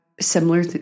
similar